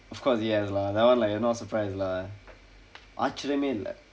of course he has lah that one like not a surprise lah ஆச்சரியமே இல்லை:aacchiriyeme illai